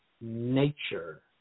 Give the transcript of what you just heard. nature